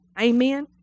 Amen